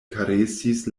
karesis